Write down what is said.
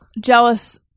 jealous